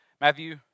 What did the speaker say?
Matthew